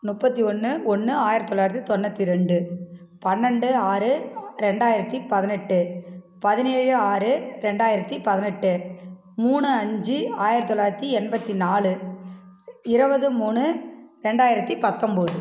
முப்பத்தி ஒன்று ஒன்று ஆயிரத்து தொள்ளாயிரத்தி தொண்ணூற்றி ரெண்டு பன்னெண்டு ஆறு ரெண்டாயிரத்து பதினெட்டு பதினேழு ஆறு ரெண்டாயிரத்து பதினெட்டு மூணு அஞ்சு ஆயிரத்து தொள்ளாயிரத்தி எண்பத்து நாலு இருவது மூணு ரெண்டாயிரத்து பத்தொம்பது